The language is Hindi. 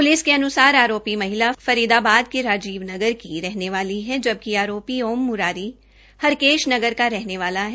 प्लिस के अन्सार आरोपी महिला फरीदाबाद के राजीव नगर की रहने वाली है जबकि आरोपी ओम म्रारी हरकेश नगर का रहने वाला है